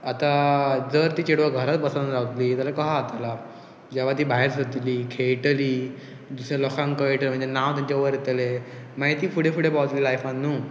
आतां जर ती चेडवो घरांत बसन रावतली जाल्यार कहा जाताला जेवा ती भायर सरतली खेळटली दुसऱ्या लोकांक कळटले म्हणजे नांव तेंचें वरयतलें मागीर ती फुडें फुडें पावतली लायफान न्हू